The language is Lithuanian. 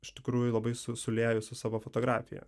iš tikrųjų labai su sulieju su savo fotografija